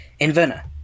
Inverna